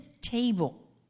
table